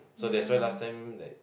so that's why last time like